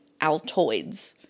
Altoids